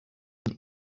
than